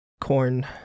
corn